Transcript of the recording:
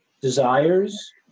desires